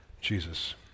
Jesus